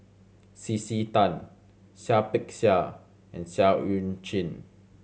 C C Tan Seah Peck Seah and Seah Eu Chin